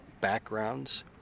backgrounds